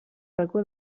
racó